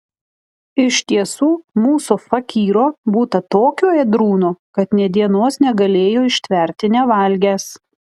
iš tiesų mūsų fakyro būta tokio ėdrūno kad nė dienos negalėjo ištverti nevalgęs